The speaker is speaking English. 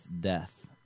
death